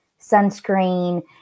sunscreen